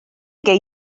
gei